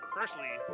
personally